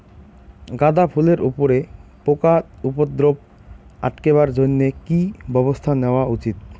গাঁদা ফুলের উপরে পোকার উপদ্রব আটকেবার জইন্যে কি ব্যবস্থা নেওয়া উচিৎ?